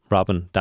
Robin